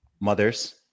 mothers